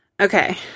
Okay